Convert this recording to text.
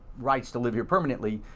rights to live here permanently,